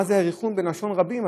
מה זה "יאריכון", בלשון רבים?